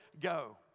go